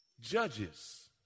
Judges